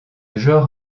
genre